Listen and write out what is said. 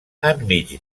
enmig